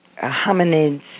hominids